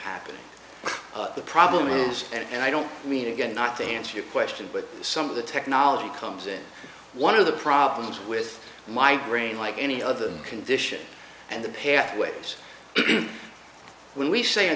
happening but the problem is and i don't mean again not to answer your question but some of the technology comes in one of the problems with migraine like any other condition and the pathways when we say